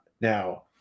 now